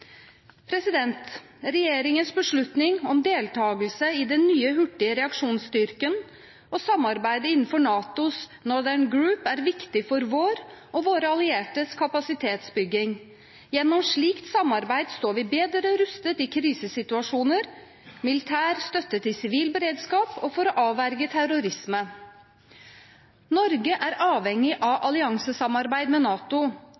Regjeringens beslutning om deltakelse i den nye hurtige reaksjonsstyrken og samarbeidet innenfor NATOs Northern Group er viktig for vår og våre alliertes kapasitetsbygging. Gjennom slikt samarbeid står vi bedre rustet i krisesituasjoner, med militær støtte til sivil beredskap og for å avverge terrorisme. Norge er avhengig av alliansesamarbeid med NATO